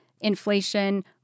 inflation